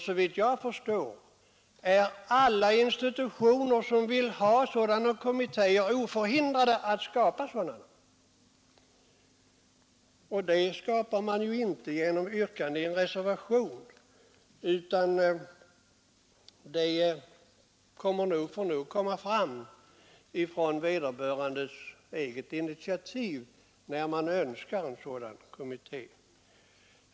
Såvitt jag förstår är alla institutioner som vill ha etiska kommittéer oförhindrade att skapa dylika. Men dem skapar man ju inte genom ett yrkande i en reservation. De måste komma till på vederbörandes eget initiativ, när man önskar en sådan kommitté.